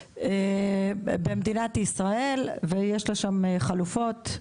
במדינת ישראל ויש לה שם חלופות,